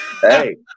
Hey